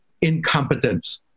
incompetence